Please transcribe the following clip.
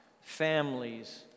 families